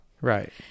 Right